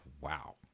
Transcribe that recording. wow